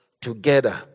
together